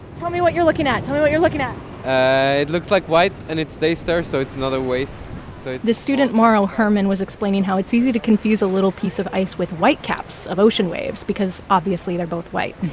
tell me what you're looking at. tell me what you're looking at it looks like white, and it stays there. so it's another wave so the student mauro hermann was explaining how it's easy to confuse a little piece of ice with whitecaps, of ocean waves, because obviously they're both white.